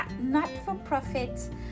not-for-profit